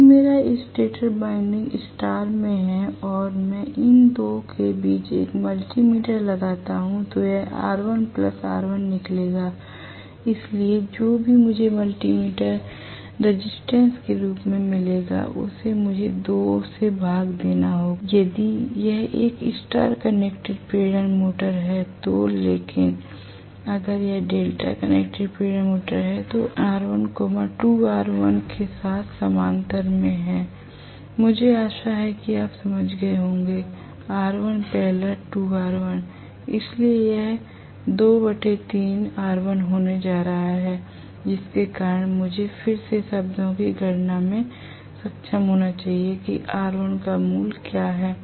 यदि मेरा stator winding star में है और मैं इन 2 के बीच एक मल्टी मीटर लगाता हूँ तो यह R1 R1 निकलेगा इसलिए जो भी मुझे मल्टी मीटर रेसिस्टेंस के रूप में मिलेगा उसे मुझे 2 से भाग देना होगा यदि यह एक स्टार कनेक्टेड प्रेरण मोटर है तो लेकिन अगर यह डेल्टा कनेक्टेड प्रेरण मोटर है R1 2 R1 के साथ समानांतर में है मुझे आशा है कि आप समझ गए होंगे R1 ll 2R1इसलिए यह 23 R1 होने जा रहा है जिसके कारण मुझे फिर से शब्दों की गणना करने में सक्षम होना चाहिए कि R1 का मूल्य क्या है